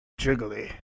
jiggly